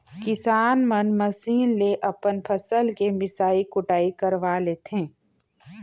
किसान मन मसीन ले अपन फसल के मिसई कुटई करवा लेथें